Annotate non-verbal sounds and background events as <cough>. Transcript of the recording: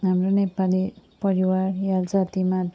हाम्रो नेपाली परिवार <unintelligible>